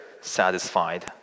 satisfied